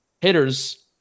hitters